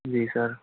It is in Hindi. जी सर